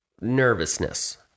nervousness